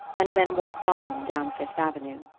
and then walked on down fifth avenue.